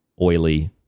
oily